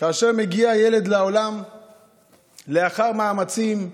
כאשר מגיע ילד לעולם לאחר מאמצים,